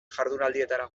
jardunaldietara